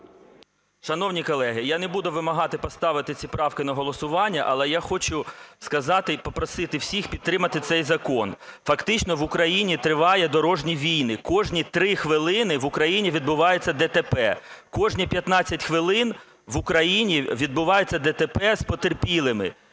Шановні колеги, я не буду вимагати поставити ці правки на голосування, але я хочу сказати і попросити всіх підтримати цей закон. Фактично в Україні тривають дорожні війни: кожні 3 хвилини в Україні відбуваються ДТП, кожні 15 хвилин в Україні відбуваються ДТП з потерпілими